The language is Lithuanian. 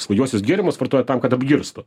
svaigiuosius gėrimus vartoja tam kad apgirstų